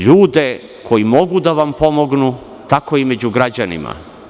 Ali, imate ljude koji mogu da vam pomognu, tako i među građanima.